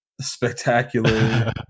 spectacular